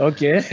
Okay